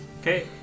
Okay